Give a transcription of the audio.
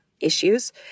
issues